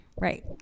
right